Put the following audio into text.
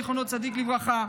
זכר צדיק לברכה,